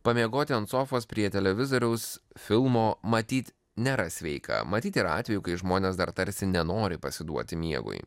pamiegoti ant sofos prie televizoriaus filmo matyt nėra sveika matyt yra atvejų kai žmonės dar tarsi nenori pasiduoti miegui